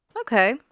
okay